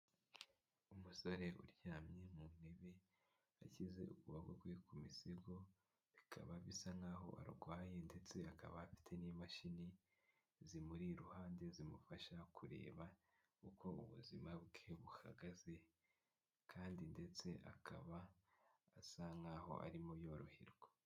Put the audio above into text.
Umusore uryamye mu ntebe ashyize ukuboko kwe ku misego bikaba bisa n'aho arwaye ndetse akaba afite n'imashini zimuri iruhande zimufasha kureba uko ubuzima bwe buhagaze kandi ndetse akaba asa nkaho arimo yoroherwa.